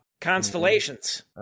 constellations